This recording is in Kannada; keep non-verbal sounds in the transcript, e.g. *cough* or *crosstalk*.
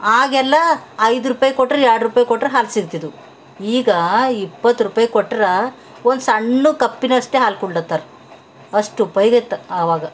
ಆಗೆಲ್ಲ ಐದು ರೂಪಾಯಿ ಕೊಟ್ಟರೆ ಎರಡು ರೂಪಾಯಿ ಕೊಟ್ಟರೆ ಹಾಲು ಸಿಗ್ತಿದ್ದವು ಈಗ ಇಪ್ಪತ್ತು ರೂಪಾಯಿ ಕೊಟ್ರೆ ಒಂದು ಸಣ್ಣ ಕಪ್ಪಿನಷ್ಟೇ ಹಾಲು ಕೊಡ್ಲತ್ತಾರ ಅಷ್ಟು *unintelligible* ಆವಾಗ